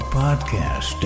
podcast